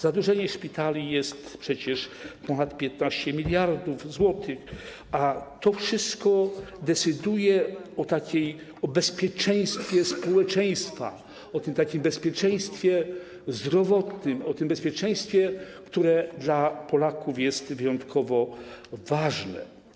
Zadłużenie szpitali jest przecież na ponad 15 mld zł, a to wszystko decyduje o bezpieczeństwie społeczeństwa, o tym takim bezpieczeństwie zdrowotnym, o tym bezpieczeństwie, które dla Polaków jest wyjątkowo ważne.